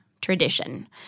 tradition